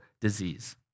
disease